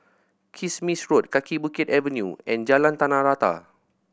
Kismis Road Kaki Bukit Avenue and Jalan Tanah Rata